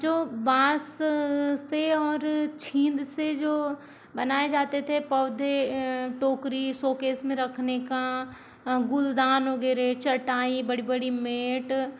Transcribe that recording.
जो बांस से और छेंद से जो बनाए जाते थे पौधे टोकरी शोकेस में रखने का गुलदान वगैरह चटाई बड़ी बड़ी मेट